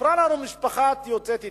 סיפרה לנו משפחה יוצאת אתיופיה,